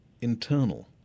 internal